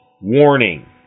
warning